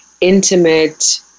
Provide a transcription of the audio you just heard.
intimate